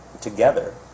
together